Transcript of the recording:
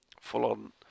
Full-on